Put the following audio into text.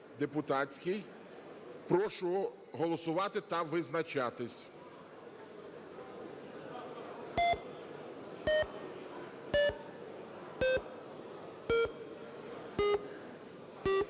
Прошу голосувати та визначатись.